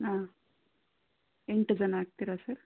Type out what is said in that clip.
ಹಾಂ ಎಂಟು ಜನ ಆಗ್ತೀರಾ ಸರ್